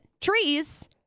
trees